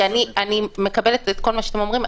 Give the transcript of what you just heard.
כי אני מקבלת את כל מה שאתם אומרים,